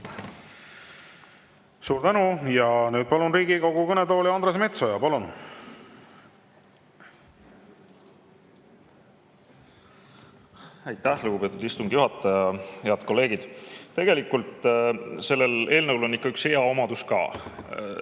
Suur tänu! Nüüd palun Riigikogu kõnetooli Andres Metsoja. Palun! Aitäh, lugupeetud istungi juhataja! Head kolleegid! Tegelikult sellel eelnõul on ikka üks hea omadus ka.